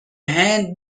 هند